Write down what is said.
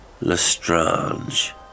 Lestrange